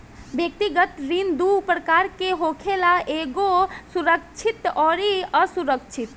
व्यक्तिगत ऋण दू प्रकार के होखेला एगो सुरक्षित अउरी असुरक्षित